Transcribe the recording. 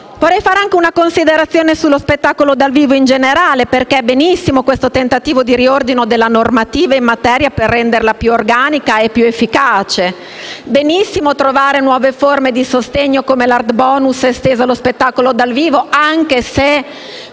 Vorrei fare anche una considerazione sullo spettacolo dal vivo in generale, perché va benissimo questo tentativo di riordino della normativa in materia per renderla più organica e più efficace e va benissimo trovare nuove forme di sostegno come l'Art bonus esteso allo spettacolo dal vivo anche se,